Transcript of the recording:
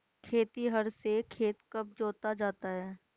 खेतिहर से खेत कब जोता जाता है?